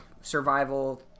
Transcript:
survival-